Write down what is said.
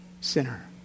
sinner